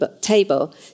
Table